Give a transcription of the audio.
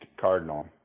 cardinal